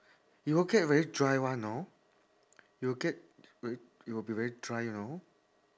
you'll get very dry one know you'll get you~ you'll be very dry you know